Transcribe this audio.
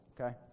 okay